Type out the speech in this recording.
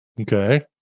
Okay